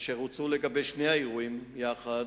אשר הוצאו לגבי שני האירועים יחד,